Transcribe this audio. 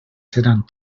seran